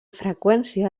freqüència